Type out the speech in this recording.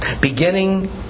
beginning